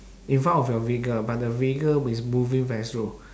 in front of your vehicle but the vehicle is moving very slow